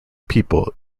people